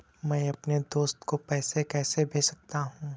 मैं अपने दोस्त को पैसे कैसे भेज सकता हूँ?